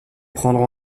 prendra